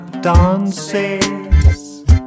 dances